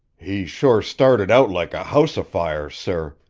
he sure started out like a house afire, sir,